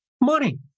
money